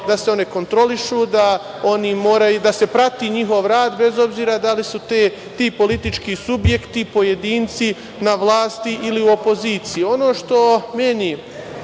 da se one kontrolišu, da se prati njihov rad, bez obzira da li su ti politički subjekti pojedinci na vlasti ili u opoziciji. Ono što meni